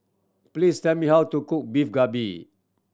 please tell me how to cook Beef Galbi